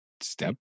step